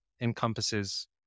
encompasses